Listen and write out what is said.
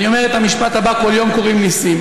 אני אומר את המשפט הבא: כל יום קורים ניסים.